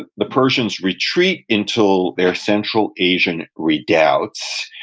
the the persians retreat until their central asian redoubts.